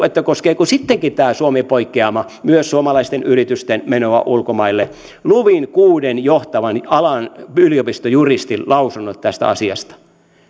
että koskeeko sittenkin tämä suomi poikkeama myös suomalaisten yritysten menoa ulkomaille luin alan kuuden johtavan yliopistojuristin lausunnot tästä asiasta